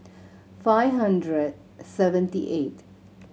five hundred seventy eight